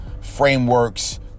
frameworks